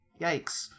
Yikes